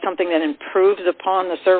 that something that improves upon the